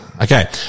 Okay